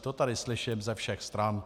To tady slyším ze všech stran.